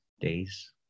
days